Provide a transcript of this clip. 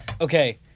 Okay